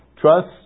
Trust